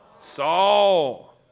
Saul